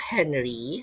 Henry